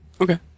Okay